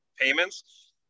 payments